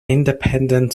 independent